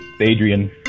Adrian